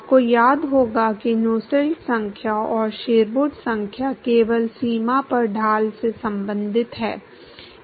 आपको याद होगा कि नुसेल्ट संख्या और शेरवुड संख्या केवल सीमा पर ढाल से संबंधित है